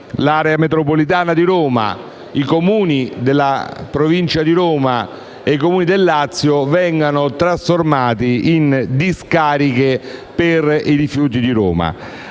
l'area metropolitana di Roma, i Comuni della Provincia di Roma e i Comuni del Lazio vengano trasformati in discariche per i rifiuti di Roma.